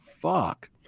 Fuck